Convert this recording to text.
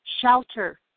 shelter